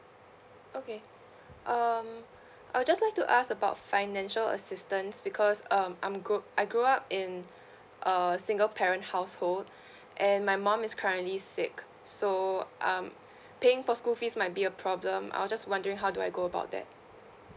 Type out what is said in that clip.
okay um I'd just like to ask about financial assistance because um I'm grow I grew up in a single parent household and my mum is currently sick so um paying for school fees might be a problem I'll just wondering how do I go about that